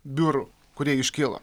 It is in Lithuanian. biurų kurie iškyla